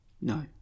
No